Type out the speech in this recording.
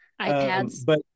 iPads